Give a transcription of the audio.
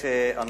כבוד היושב-ראש,